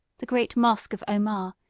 the great mosque of omar,